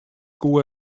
koe